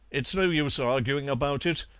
it's no use arguing about it,